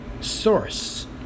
source